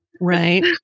Right